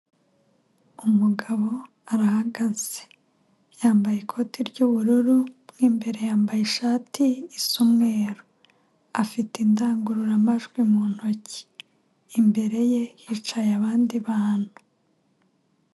Umugabo arahagaze, yambaye ikoti ry'ubururu mu imbere yambaye ishati isa umweru, afite indangururamajwi mu ntoki, imbere ye hicaye abandi bantu.